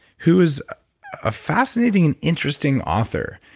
who is a fascinating, and interesting author.